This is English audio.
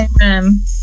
Amen